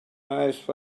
fast